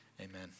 Amen